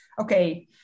okay